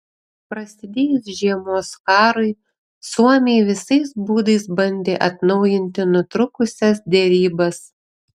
prasidėjus žiemos karui suomiai visais būdais bandė atnaujinti nutrūkusias derybas